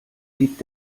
blieb